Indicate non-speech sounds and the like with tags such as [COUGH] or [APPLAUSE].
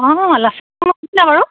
অঁ [UNINTELLIGIBLE] বাৰু